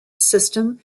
system